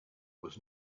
was